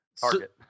Target